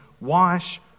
wash